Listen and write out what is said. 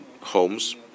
homes